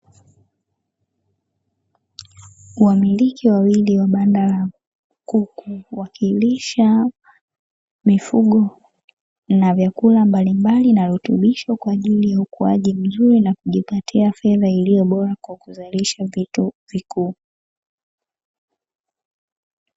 Wamiliki wawili wa banda la kuku, wakilisha mifugo na vyakula mbalimbali na rutubisho kwa ajili ya ukuaji mzuri na kujipatia fedha iliyo bora, kwa kuzalisha vitu vikuu.